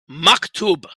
maktub